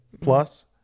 plus